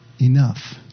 Enough